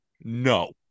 no